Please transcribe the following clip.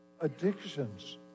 addictions